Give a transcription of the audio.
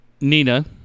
Nina